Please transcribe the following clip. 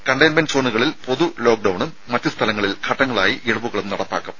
containment സോണുകളിൽ പൊതു ലോക്ഡൌണും മറ്റ് സ്ഥലങ്ങളിൽ ഘട്ടങ്ങളായി ഇളവുകളും നടപ്പാക്കും